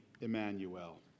Emmanuel